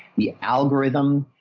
the algorithm,